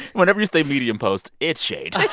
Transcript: whenever you say medium post, it's shady